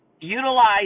utilize